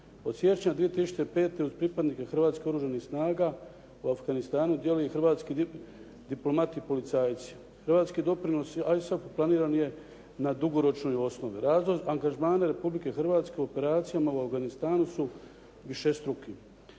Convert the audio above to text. Od siječnja 2005. uz pripadnike Hrvatskih oružanih snaga u Afganistanu djeluje i hrvatski diplomati policajci. Hrvatski doprinos ISAF-u planiran je na dugoročnoj osnovi. Angažmani Republike Hrvatske u operacijama u Afganistanu su višestruki.